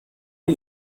این